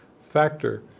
factor